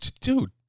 Dude